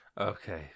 Okay